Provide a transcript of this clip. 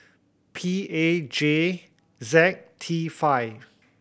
P A J Z T five